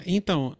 Então